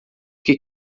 que